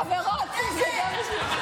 חברות, חילול הקודש.